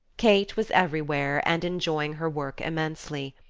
kate was everywhere and enjoying her work immensely.